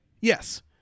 yes